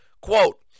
quote